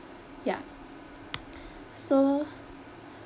ya so